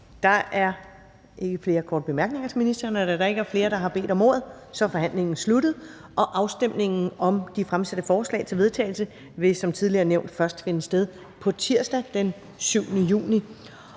Der er ikke flere korte bemærkninger til ministeren. Da der ikke er flere, der har bedt om ordet, er forhandlingen sluttet. Afstemningen om de fremsatte forslag til vedtagelse vil som tidligere nævnt først finde sted på tirsdag, den 7. juni